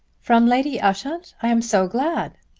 from lady ushant? i am so glad.